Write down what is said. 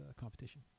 competition